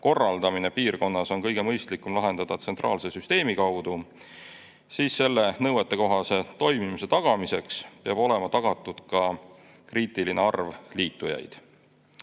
korraldamine piirkonnas on kõige mõistlikum lahendada tsentraalse süsteemi kaudu, siis selle nõuetekohase toimimise tagamiseks peab olema tagatud ka kriitiline arv liitujaid.